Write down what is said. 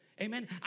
Amen